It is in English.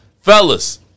fellas